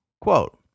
quote